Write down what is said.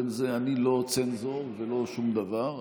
אני לא צנזור ולא שום דבר.